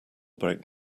break